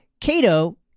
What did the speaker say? Cato